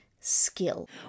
skill